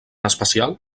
especial